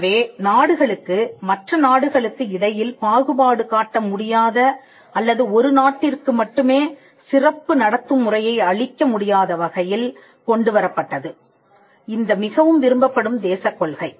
எனவே நாடுகளுக்கு மற்ற நாடுகளுக்கு இடையில் பாகுபாடு காட்ட முடியாத அல்லது ஒரு நாட்டிற்கு மட்டுமே சிறப்பு நடத்தும் முறையை அளிக்க முடியாத வகையில் கொண்டு வரப்பட்டது இந்த மிகவும் விரும்பப்படும் தேசக் கொள்கை